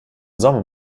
sommer